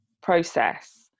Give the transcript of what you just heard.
process